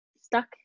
stuck